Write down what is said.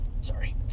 Sorry